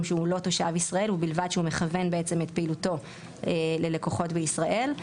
שהוא לא תושב ישראל ובלבד שהוא מכוון את פעילותו ללקוחות בישראל.